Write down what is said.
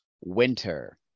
Winter